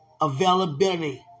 Availability